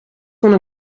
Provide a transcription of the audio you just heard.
kon